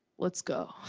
let's go.